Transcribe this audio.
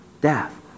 death